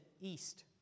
east